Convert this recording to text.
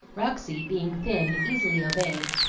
roxy, being thin, easily obeyed,